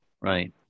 Right